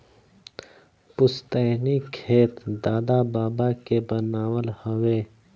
पुस्तैनी खेत दादा बाबा के बनावल हवे